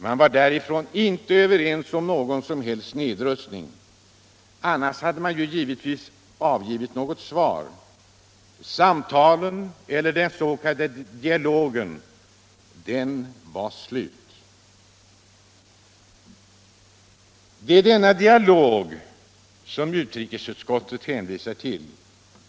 Den ville inte ha någon nedrustning, annars hade den naturligtvis avgivit ett svar. Samtalen celler den s.k. dialogen var slut. Det är denna dialog som utrikesutskottet hänvisar till.